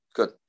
Good